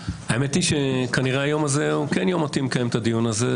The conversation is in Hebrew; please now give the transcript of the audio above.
האמת היא שכנראה היום הזה הוא כן יום מתאים לקיים את הדיון הזה.